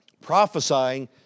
Prophesying